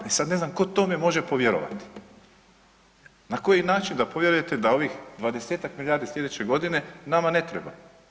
I sad ne znam tko tome može povjerovati, na koji način da povjerujete da ovih 20-tak milijardi slijedeće godine nama ne treba.